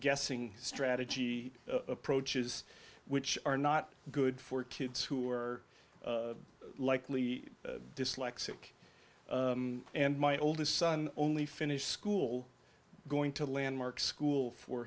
guessing strategy approaches which are not good for kids who are likely dyslexic and my oldest son only finished school going to landmark school for